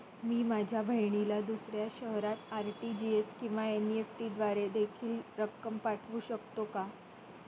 मी माझ्या बहिणीला दुसऱ्या शहरात आर.टी.जी.एस किंवा एन.इ.एफ.टी द्वारे देखील रक्कम पाठवू शकतो का?